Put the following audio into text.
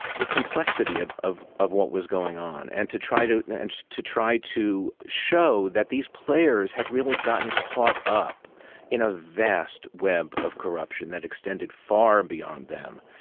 the complexity of of of what was going on and to try to and and to try to show that these players had really gotten caught up in a vast web of corruption that extended far and beyond them.